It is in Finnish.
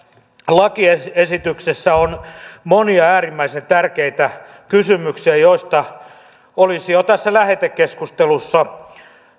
lakiesityksessä on monia äärimmäisen tärkeitä kysymyksiä joista olisi jo tässä lähetekeskustelussa